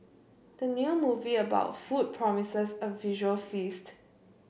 the new movie about food promises a visual feast